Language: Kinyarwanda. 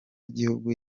igihugu